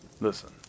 Listen